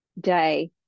day